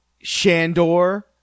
Shandor